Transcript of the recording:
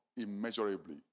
immeasurably